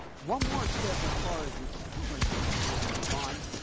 one more tip as far as the camera goes before we move on.